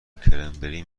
کرنبری